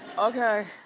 okay.